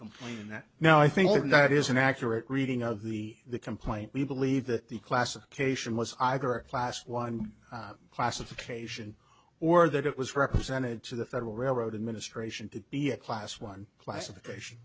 complain that now i think that is an accurate reading of the the complaint we believe that the classification was either a class one classification or that it was represented to the federal railroad administration to be a class one classification